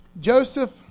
Joseph